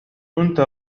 كنت